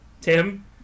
Tim